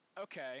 Okay